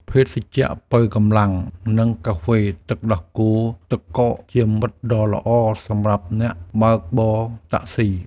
ភេសជ្ជៈប៉ូវកម្លាំង និងកាហ្វេទឹកដោះគោទឹកកក ជាមិត្តដ៏ល្អសម្រាប់អ្នកបើកបរតាក់ស៊ី។